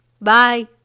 bye